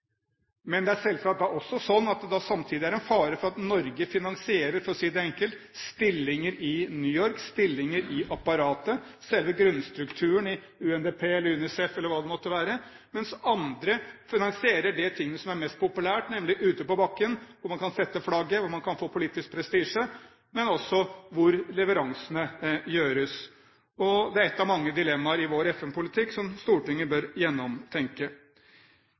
Men det er selvsagt også slik at det samtidig er en fare for at Norge finansierer, for å si det enkelt, stillinger i New York, stillinger i apparatet, selve grunnstrukturen i UNDP eller UNICEF eller hva det måtte være, mens andre finansierer de tingene som er mest populære, nemlig ute på bakken, hvor man kan sette flagget, hvor man kan få politisk prestisje, men også hvor leveransene gjøres. Det er et av mange dilemmaer i vår FN-politikk som Stortinget bør gjennomtenke.